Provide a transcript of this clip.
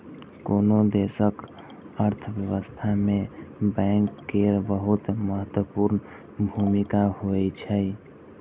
कोनो देशक अर्थव्यवस्था मे बैंक केर बहुत महत्वपूर्ण भूमिका होइ छै